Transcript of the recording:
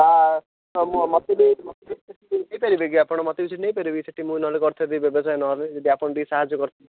ତା ମୋତେ ବି ଆପଣ ମୋତେ ବି ସେଇଠି ନେଇ ପାରିବେ କି ସେଇଠି ମୁଁ ନ ହେଲେ କରିଥାନ୍ତି ବ୍ୟବସାୟ ନହେଲେ ଯଦି ଆପଣ ଟିକେ ସାହାଯ୍ୟ କରିଥାନ୍ତେ